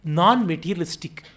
non-materialistic